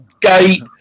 gate